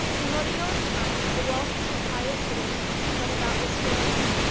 in murillo's time a wealthy and pious citizen set about restoring it.